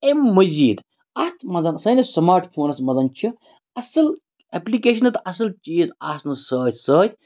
أمۍ مٔزیٖد اَتھ منٛز سٲنِس سماٹ فونَس منٛز چھِ اَصٕل ایپلِکیشنہٕ تہٕ اَصٕل چیٖز آسنہٕ سۭتۍ سۭتۍ